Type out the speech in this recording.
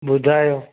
ॿुधायो